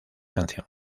canción